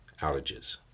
outages